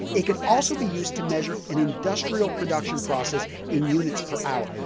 it can also be used to measure an industrial production process in units per hour.